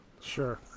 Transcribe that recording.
sure